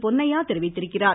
பொன்னையா தெரிவித்திருக்கிறார்